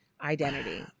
identity